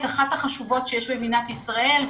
והיא אחת החשובות שיש במדינת ישראל.